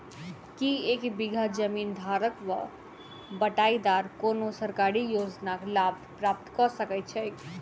की एक बीघा जमीन धारक वा बटाईदार कोनों सरकारी योजनाक लाभ प्राप्त कऽ सकैत छैक?